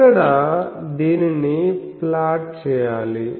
ఇక్కడ దీనిని ప్లాట్ చేయాలి